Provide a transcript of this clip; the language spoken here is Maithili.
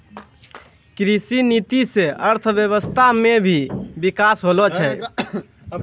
कृषि नीति से अर्थव्यबस्था मे भी बिकास होलो छै